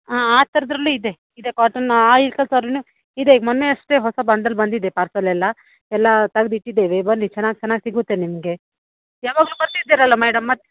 ಹಾಂ ಆ ಥರದ್ದರಲ್ಲೂ ಇದೆ ಕಾಟನ್ ಇದೆ ಆ ಇಳ್ಕಲ್ ಸಾರಿಯೂ ಇದೆ ಮೊನ್ನೆ ಅಷ್ಟೇ ಹೊಸ ಬಂಡಲ್ ಬಂದಿದೆ ಪಾರ್ಸೆಲೆಲ್ಲ ಎಲ್ಲ ತೆಗೆದು ಇಟ್ಟಿದ್ದೇವೆ ಬನ್ನಿ ಚೆನ್ನಾಗಿ ಚೆನ್ನಾಗಿ ಸಿಗುತ್ತೆ ನಿಮಗೆ ಯಾವಾಗಲೂ ಬರ್ತಿದ್ದೀರಲ್ಲ ಮೇಡಮ್ ಮತ್ತ್ಯಾಕೆ ಕೇಳಿ